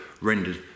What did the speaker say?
rendered